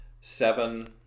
seven